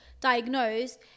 diagnosed